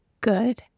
good